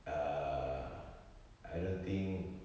err I don't think